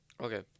Okay